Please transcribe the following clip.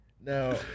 Now